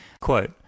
Quote